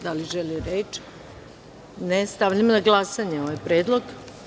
Da li neko želi reč? (Ne) Stavljam na glasanje ovaj predlog.